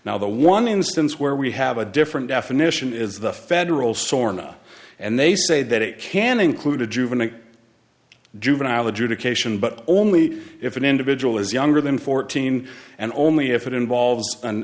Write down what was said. now the one instance where we have a different definition is the federal sore now and they say that it can include a juvenile juvenile adjudication but only if an individual is younger than fourteen and only if it involves an